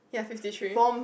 ya fifty three